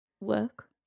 work